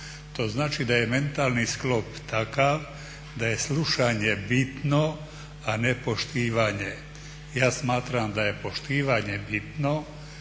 To znači da je mentalni sklop takav da je slušanje bitno, a ne poštivanje. Ja smatram da je poštivanje bitno